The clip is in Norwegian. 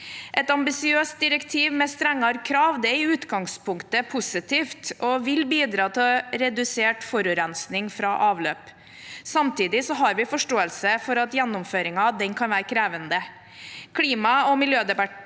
Et ambisiøst direktiv med strengere krav er i utgangspunktet positivt og vil bidra til redusert forurensing fra avløp. Samtidig har vi forståelse for at gjennomføringen kan være krevende. Klima- og miljødepartementet